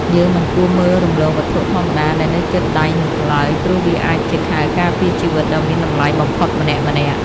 យើងមិនគួរមើលរំលងវត្ថុធម្មតាដែលនៅជិតដៃនោះឡើយព្រោះវាអាចជាខែលការពារជីវិតដ៏មានតម្លៃបំផុតម្នាក់ៗ។